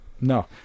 no